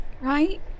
right